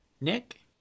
Nick